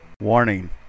Warning